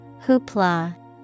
Hoopla